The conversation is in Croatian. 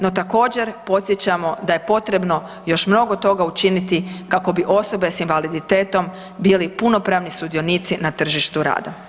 No također podsjećamo da je potrebno još mnogo toga učiniti kako bi osobe s invaliditetom bili punopravni sudionici na tržištu rada.